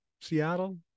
seattle